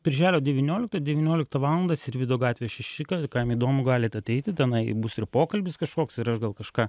birželio devynioliktą devynioliktą valandą sirvydo gatvė šeši ka kam įdomu galit ateiti tenai bus ir pokalbis kažkoks ir aš gal kažką